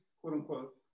quote-unquote